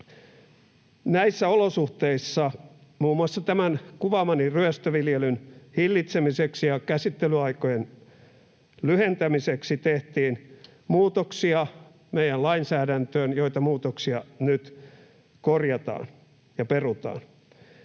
Näissä olosuhteissa muun muassa tämän kuvaamani ryöstöviljelyn hillitsemiseksi ja käsittelyaikojen lyhentämiseksi tehtiin muutoksia meidän lainsäädäntöön, joita muutoksia nyt korjataan ja perutaan.